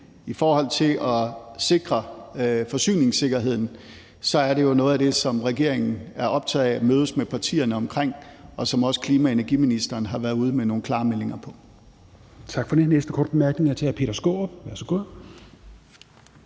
I forhold til det med at sikre forsyningssikkerheden vil jeg sige, at det jo er noget af det, som regeringen er optaget af at mødes med partierne om, og som også klima- og energiministeren har været ude med nogle klare meldinger om.